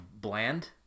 bland